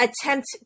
attempt